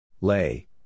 Lay